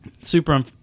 super